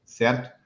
certo